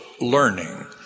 learning